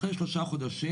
אחרי שלושה חודשים,